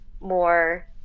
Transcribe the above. more